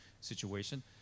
situation